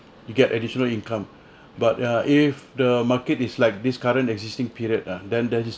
you get additional income but uh if the market is like this current existing period ah then that is